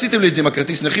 עשיתם לי את זה עם כרטיס הנכים,